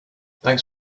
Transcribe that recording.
thanks